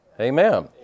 amen